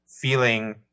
feeling